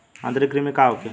आंतरिक कृमि का होखे?